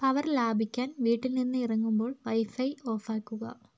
power ലാഭിക്കാൻ വീട്ടിൽ നിന്ന് ഇറങ്ങുമ്പോൾ വൈഫൈ ഓഫ് ആക്കുക